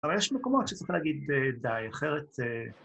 אבל יש מקומות שצריך להגיד די, אחרת...